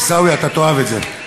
עיסאווי, אתה תאהב את זה.